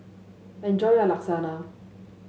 enjoy your Lasagna